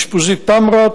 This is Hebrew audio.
אשפוזית תמרה,